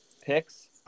picks